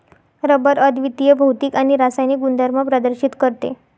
rubber अद्वितीय भौतिक आणि रासायनिक गुणधर्म प्रदर्शित करते